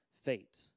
fate